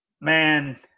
man